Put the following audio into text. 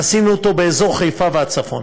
עשינו אותו באזור חיפה והצפון.